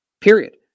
Period